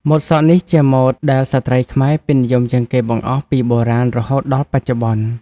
ម៉ូតសក់នេះជាម៉ូតដែលស្ត្រីខ្មែរពេញនិយមជាងគេបង្អស់ពីបុរាណរហូតដល់បច្ចុប្បន្ន។